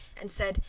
and said,